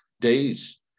days